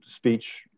speech